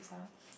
sia